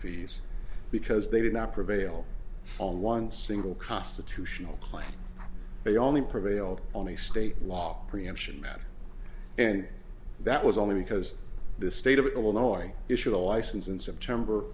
fees because they did not prevail on one single constitutional claim they only prevailed on a state law preemption matter and that was only because the state of illinois issued a license in september